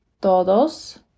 todos